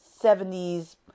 70s